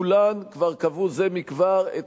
כולם כבר קבעו זה מכבר את